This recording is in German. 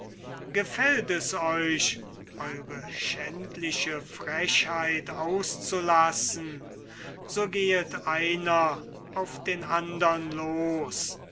gefällt es euch eure schändliche frechheit auszulassen so gehet einer auf den andern los